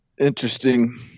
Interesting